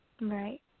right